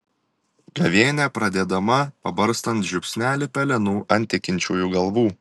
gavėnia pradedama pabarstant žiupsnelį pelenų ant tikinčiųjų galvų